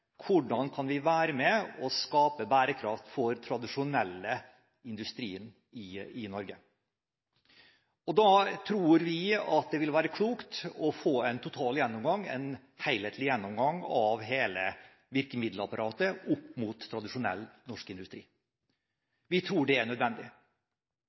Hvordan kan vi være med og skape bærekraft for den tradisjonelle industrien i Norge? Vi tror det vil være klokt å få en total gjennomgang, en helhetlig gjennomgang, av hele virkemiddelapparatet overfor tradisjonell norsk